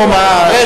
ברור.